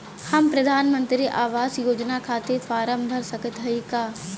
हम प्रधान मंत्री आवास योजना के खातिर फारम भर सकत हयी का?